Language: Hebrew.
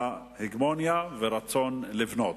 בהגמוניה וברצון לבנות.